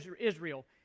Israel